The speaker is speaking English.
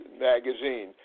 Magazine